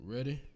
Ready